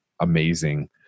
amazing